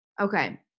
Okay